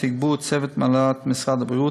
בתגבור צוות מהנהלת משרד הבריאות,